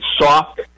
soft